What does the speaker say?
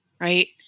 right